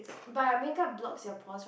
but makeup blocks your pores